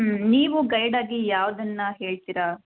ಹ್ಞೂ ನೀವು ಗೈಡ್ ಆಗಿ ಯಾವುದನ್ನ ಹೇಳ್ತೀರ